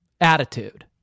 attitude